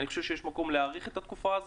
אני חושב שיש מקום להאריך את התקופה הזו,